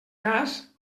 cas